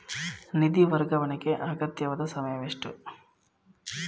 ನಿಧಿ ವರ್ಗಾವಣೆಗೆ ಅಗತ್ಯವಾದ ಸಮಯವೆಷ್ಟು?